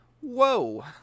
whoa